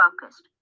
focused